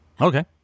Okay